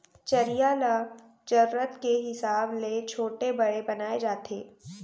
चरिहा ल जरूरत के हिसाब ले छोटे बड़े बनाए जाथे